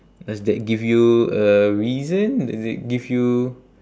does that give you a reason does it give you